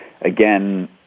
again